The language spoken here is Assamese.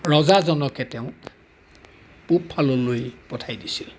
ৰজা জনকে তেওঁক পূব ফাললৈ পঠাই দিছিল